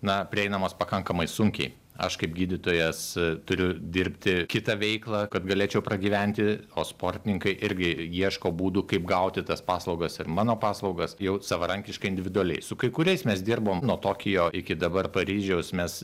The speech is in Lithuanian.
na prieinamos pakankamai sunkiai aš kaip gydytojas turiu dirbti kitą veiklą kad galėčiau pragyventi o sportininkai irgi ieško būdų kaip gauti tas paslaugas ir mano paslaugas jau savarankiškai individualiai su kai kuriais mes dirbom nuo tokijo iki dabar paryžiaus mes